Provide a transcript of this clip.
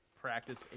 practice